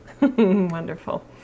Wonderful